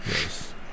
Yes